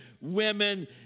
women